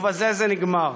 ובזה זה נגמר.